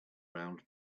round